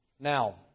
Now